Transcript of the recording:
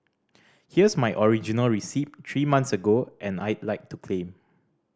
here's my original receipt three months ago and I'd like to claim